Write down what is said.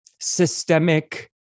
systemic